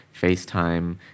FaceTime